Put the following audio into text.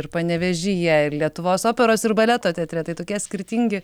ir panevėžyje ir lietuvos operos ir baleto teatre tai tokie skirtingi